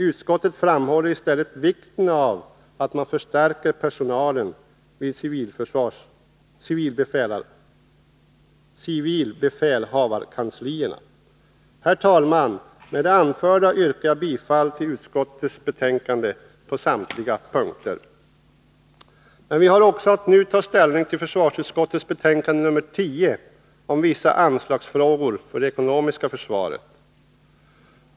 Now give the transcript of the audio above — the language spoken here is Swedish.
Utskottet framhåller i stället vikten av att man förstärker personalen vid civilbefälhavarkanslierna. Herr talman! Med det anförda yrkar jag bifall till utskottets hemställan på samtliga punkter. Vi har också att nu ta ställning till försvarsutskottets betänkande nr 10 om vissa anslagsfrågor för det ekonomiska försvaret.